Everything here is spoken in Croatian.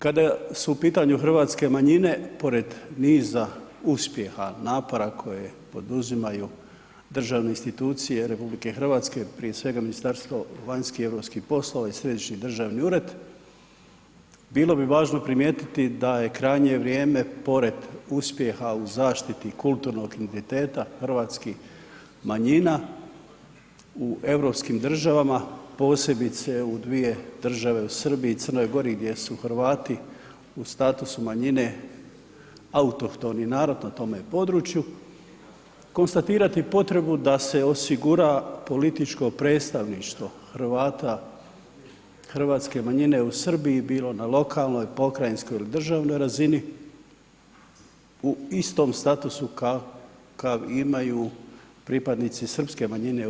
Kada su u pitanju hrvatske manjine pored niza uspjeha, napora koje poduzimaju državne institucije RH prije svega Ministarstvo vanjskih i europskih poslova i Središnji državni ured bilo bi važno primijetiti da je krajnje vrijeme pored uspjeha u zaštiti kulturnog identiteta hrvatskih manjina u europskim državama, posebice u dvije države u Srbiji i Crnoj Gori gdje su Hrvati u statusu manjine autohtoni narod na tome području konstatirati potrebu da se osigura političko predstavništvo Hrvata hrvatske manjine u Srbiji bilo na lokalnoj, pokrajinskoj ili državnoj razini u istom statusu kakav imaju pripadnici srpske manjine u RH.